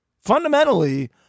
Fundamentally